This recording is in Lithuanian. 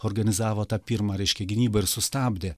organizavo tą pirmą reiškia gynybą ir sustabdė